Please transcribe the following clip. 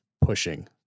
pushing